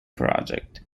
project